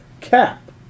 cap